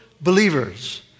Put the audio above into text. believers